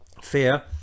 fear